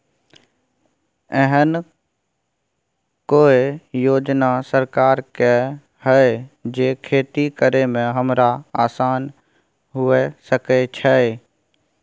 एहन कौय योजना सरकार के है जै खेती करे में हमरा आसान हुए सके छै?